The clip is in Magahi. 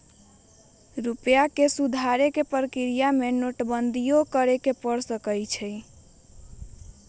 रूपइया के सुधारे कें प्रक्रिया में नोटबंदी सेहो करए के पर सकइय